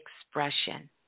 expression